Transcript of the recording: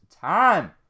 time